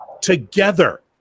together